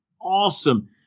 awesome